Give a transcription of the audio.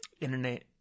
Internet